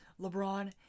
LeBron